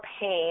pain